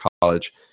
college